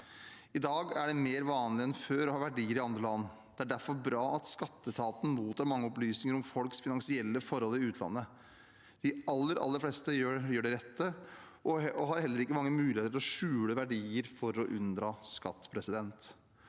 I dag er det mer vanlig enn før å ha verdier i andre land. Det er derfor bra at skatteetaten mottar mange opplysninger om folks finansielle forhold i utlandet. De aller, aller fleste gjør det rette og har heller ikke mange muligheter til å skjule verdier for å unndra skatt, men